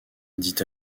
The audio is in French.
dit